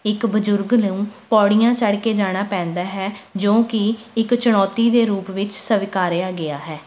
ਇੱਕ ਬਜ਼ੁਰਗ ਨੂੰ ਪੌੜੀਆਂ ਚੜ੍ਹ ਕੇ ਜਾਣਾ ਪੈਂਦਾ ਹੈ ਜੋ ਕਿ ਇੱਕ ਚੁਣੌਤੀ ਦੇ ਰੂਪ ਵਿੱਚ ਸਵੀਕਾਰਿਆ ਗਿਆ ਹੈ